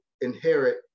inherit